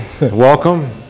Welcome